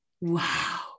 Wow